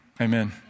Amen